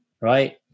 right